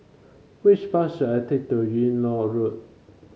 which bus should I take to Yung Loh Road